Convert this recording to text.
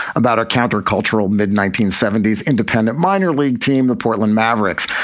about a countercultural mid nineteen seventy s independent minor league team, the portland mavericks.